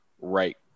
right